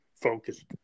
focused